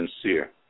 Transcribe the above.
sincere